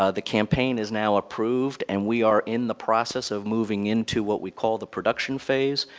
ah the campaign is now approved, and we are in the process of moving into what we call the production phase.